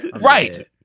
Right